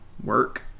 Work